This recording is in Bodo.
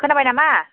खोनाबाय नामा